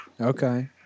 Okay